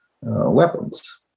weapons